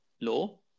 law